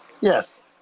Yes